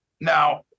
Now